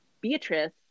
Beatrice